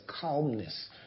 calmness